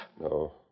No